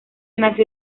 nació